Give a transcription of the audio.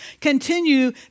continue